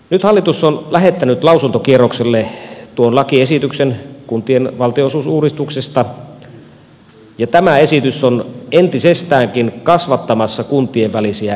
nyt hallitus on lähettänyt lausuntokierrokselle tuon lakiesityksen kuntien valtionosuusuudistuksesta ja tämä esitys on entisestäänkin kasvattamassa kuntien välisiä eroja